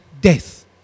death